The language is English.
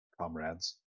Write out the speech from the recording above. comrades